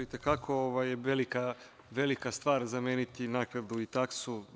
I te kako velika stvar zameniti naknadu i taksu.